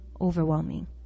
overwhelming